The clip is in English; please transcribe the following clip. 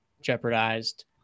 jeopardized